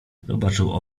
zobaczył